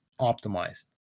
optimized